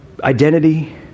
identity